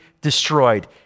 destroyed